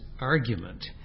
argument